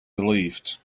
relieved